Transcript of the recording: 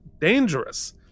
dangerous